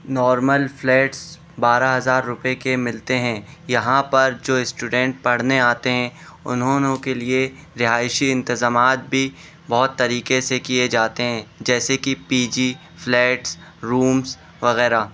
normal flats بارہ ہزار روپے کے ملتے ہیں یہاں پر جو اسٹوڈنٹ پڑھنے آتے ہیں انہوں نو کے لیے رہائشی انتظامات بھی بہت طریقے سے کیے جاتے ہیں جیسے کہ پی جی فلیٹس رومس وغیرہ